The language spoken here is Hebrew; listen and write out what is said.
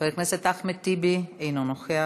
חבר הכנסת אחמד טיבי, אינו נוכח.